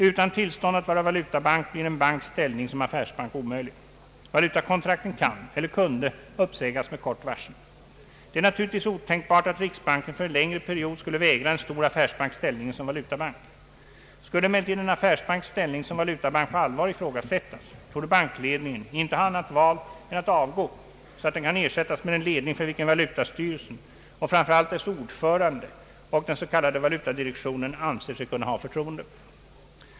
Utan tillstånd att vara valutabank blir en banks ställning som affärsbank omöjlig. Valutakontrakten kan — eller kunde — uppsägas med kort varsel. Det är naturligtvis otänkbart att riksbanken för en längre period skulle vägra en stor affärsbank ställningen som valutabank. Skulle emellertid en affärsbanks ställning som valutabank på allvar ifrågasättas, torde bankledningen inte ha annat val än att avgå så att den kan ersättas med en ledning för vilken valutastyrelsen och framför allt dess ordförande och den s.k. valutadirektionen anser sig kunna ha förtroende.